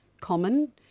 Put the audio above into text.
common